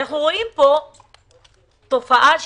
אנחנו רואים תופעה נדירה.